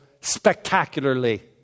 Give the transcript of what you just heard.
spectacularly